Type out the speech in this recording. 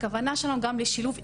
הכוונה שלנו גם לשילוב איכותי,